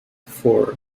four